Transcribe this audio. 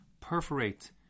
perforate